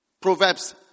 Proverbs